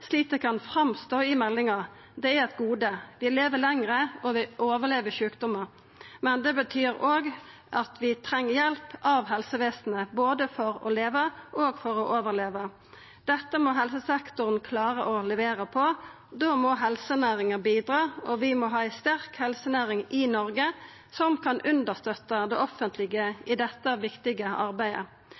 slik det kan framstå i meldinga – det er eit gode, vi lever lenger, og vi overlever sjukdomar. Men det betyr òg at vi treng hjelp av helsevesenet, både for å leva og for å overleva. Dette må helsesektoren klara å levera på. Da må helsenæringa bidra, og vi må ha ei sterk helsenæring i Noreg som kan understøtta det offentlege i dette viktige arbeidet.